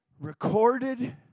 recorded